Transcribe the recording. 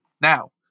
Now